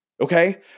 okay